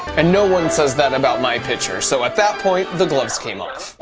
and no one says that about my pitcher, so at that point the gloves came off.